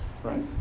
Right